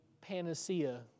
panacea